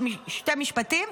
שני משפטים.